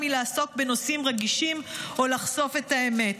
מלעסוק בנושאים רגישים או לחשוף את האמת.